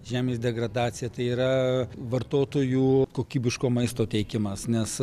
žemės degradacija tai yra vartotojų kokybiško maisto teikimas nes